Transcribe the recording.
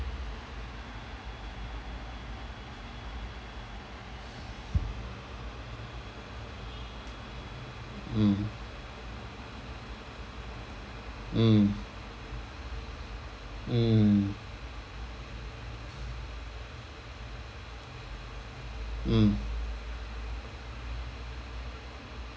mm mm mm mm